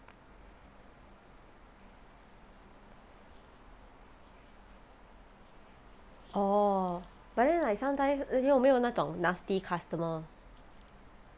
orh but then like sometimes 有没有那种 nasty customer